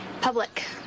public